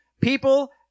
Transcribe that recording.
people